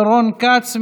רון כץ,